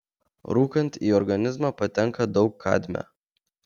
rūkant į organizmą patenka daug kadmio